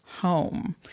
home